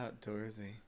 outdoorsy